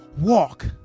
walk